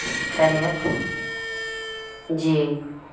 کرت جی